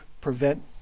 prevent